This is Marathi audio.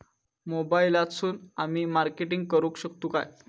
मोबाईलातसून आमी मार्केटिंग करूक शकतू काय?